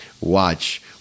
watch